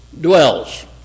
dwells